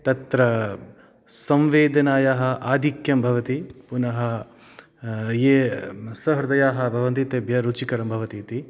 तत्र संवेदनायाः आधिक्यं भवति पुनः ये सहृदयाः भवन्ति तेभ्यः रुचिकरं भवतीति